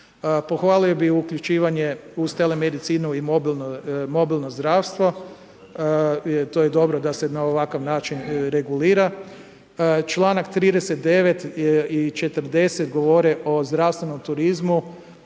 Pohvalio bih i uključivanje uz telemodicinu i mobilno zdravstvo. To je dobro da se na ovakav način regulira. Članak 39. i 40 govore o zdravstvenom turizmu